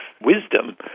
wisdom